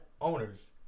owners